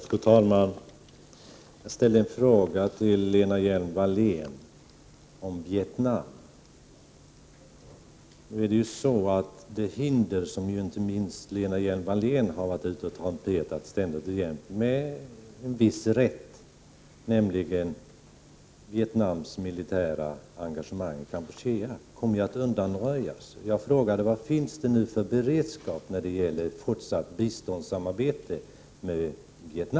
Fru talman! Jag ställde en fråga till Lena Hjelm-Wallén om Vietnam. Det hinder som inte minst Lena Hjelm-Wallén — med viss rätt — ständigt och jämt | har basunerat ut, nämligen Vietnams militära engagemang i Kampuchea, kommer ju att undanröjas. Jag frågade: Vad finns det nu för beredskap när | det gäller fortsatt biståndssamarbete med Vietnam?